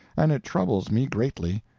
and it troubles me greatly.